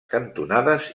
cantonades